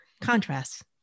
contrast